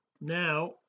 now